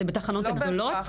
זה בתחנות הגדולות?